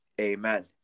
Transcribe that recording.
Amen